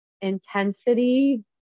intensity